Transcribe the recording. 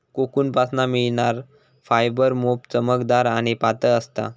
कोकूनपासना मिळणार फायबर मोप चमकदार आणि पातळ असता